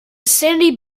sandy